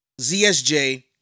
ZSJ